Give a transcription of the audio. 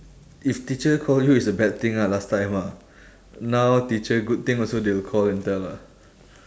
if teacher call you is a bad thing ah last time ah now teacher good thing also they will call and tell lah